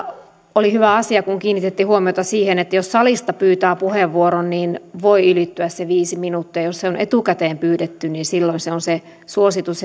oli hyvä asia kun kiinnitettiin huomiota siihen että jos salista pyytää puheenvuoron niin voi ylittyä se viisi minuuttia ja jos se on etukäteen pyydetty silloin se suositus